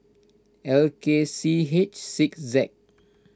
L K C H six Z